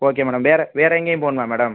okay madam வேறு வேறு எங்கேயும் போகணுமா மேடம்